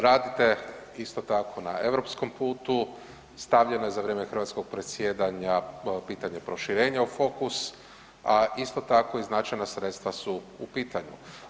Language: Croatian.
Radite isto tako na europskom putu, stavljeno je za vrijeme hrvatskog predsjedanja pitanje proširenja u fokus, a isto tako i značajna sredstva su u pitanju.